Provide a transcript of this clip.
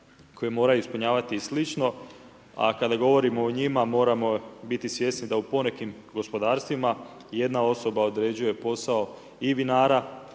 koje moraju ispunjavati i sl., a kada govorimo o njima, moramo biti svjesni da u ponekim gospodarstvima jedna osoba određuje posao i vinara